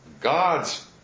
God's